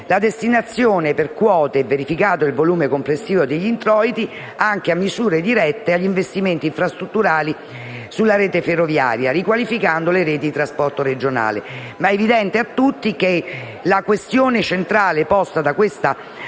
la destinazione per quote, verificato il volume complessivo degli introiti, anche a misure dirette agli investimenti infrastrutturali sulla rete ferroviaria, riqualificando le reti di trasporto regionale. È evidente a tutti che la questione centrale posta da questa